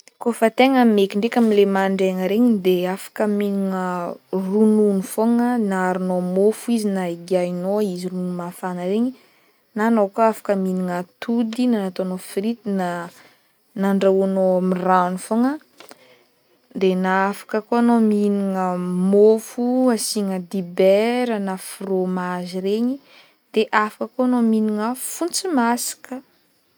Kaofa tegna maiky ndraiky amin'le mandraigna regny de afaka mihignana ronono fogna na aharonao môfo izy na igiahinao izy ronono mafana regny na anao koa afaka mihignana atody na nataonao frity na nandrahoinao amin'ny rano fogna de de na afaka koa anao mihignana môfo asina dibera na fromage regny de afaka koa anao mihignana fontsy masaka.